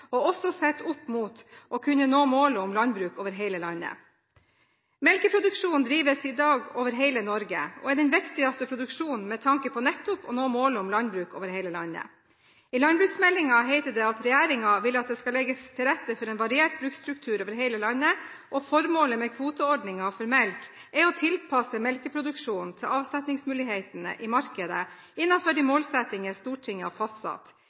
og også sett opp mot å kunne nå målet om landbruk over hele landet. Melkeproduksjon drives i dag over hele Norge og er den viktigste produksjonen med tanke på nettopp å nå målet om landbruk over hele landet. I landbruksmeldingen heter det: «Regjeringen vil at det skal legges til rette for en variert bruksstruktur over hele landet.» Formålet med kvoteordningen for melk er å «tilpasse melkeproduksjonen til avsetningsmulighetene i markedet» innenfor de målsettinger Stortinget har fastsatt,